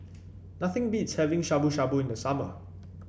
nothing beats having Shabu Shabu in the summer